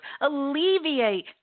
alleviate